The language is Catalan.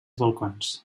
balcons